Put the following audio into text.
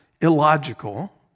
illogical